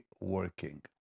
working